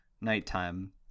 nighttime